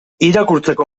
irakurtzeko